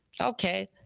Okay